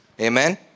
Amen